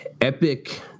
epic